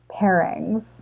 pairings